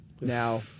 Now